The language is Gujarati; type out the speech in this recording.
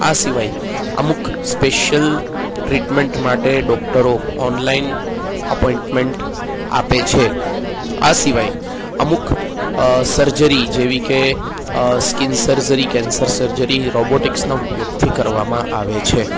આ સિવાય અમુક સ્પેશિયલ ટ્રીટમેન્ટ માટે ડોકટરો ઓનલાઇન અપોઇન્ટમેન્ટ આપે છે આ સિવાય અમુક સર્જરી જેવી કે સ્કીન સર્જરી કેન્સર સર્જરી રોબોટિક્સના ઉપયોગથી કરવામાં આવે છે